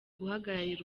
guhagararira